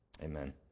Amen